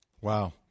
Wow